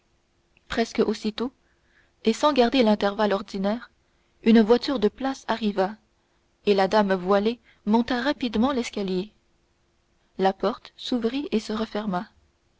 presque aussitôt et sans garder l'intervalle ordinaire une voiture de place arriva et la dame voilée monta rapidement l'escalier la porte s'ouvrit et se referma